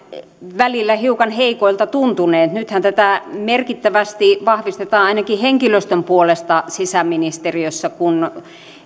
välillä hiukan heikoilta tuntuneet nythän tätä merkittävästi vahvistetaan ainakin henkilöstön puolesta sisäministeriössä kun